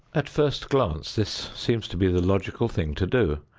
at first glance this seems to be the logical thing to do,